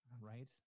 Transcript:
right